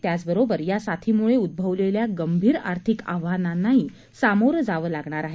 त्याचबरोबर या साथीमुळे उद्ववलेल्या गंभीर आर्थिक आव्हानांनाही सामोरं जावं लागणार आहे